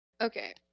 okay